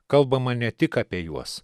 kalbama ne tik apie juos